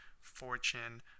fortune